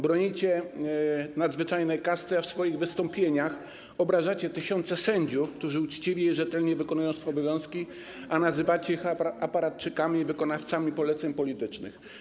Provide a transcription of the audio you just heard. Bronicie nadzwyczajnej kasty, a w swoich wystąpieniach obrażacie tysiące sędziów, którzy uczciwie i rzetelnie wykonują swoje obowiązki, nazywacie ich aparatczykami i wykonawcami poleceń politycznych.